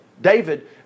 David